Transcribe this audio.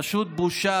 פשוט בושה,